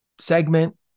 segment